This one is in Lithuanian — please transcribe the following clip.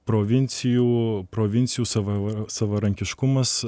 provincijų provincijų sava savarankiškumas